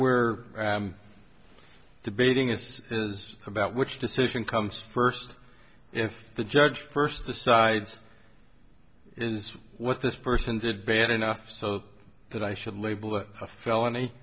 we're debating is is about which decision comes first if the judge first decides is what this person did bad enough so that i should label it a felony